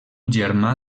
germà